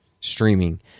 streaming